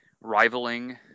rivaling